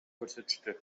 көрсөтүштү